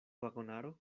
vagonaro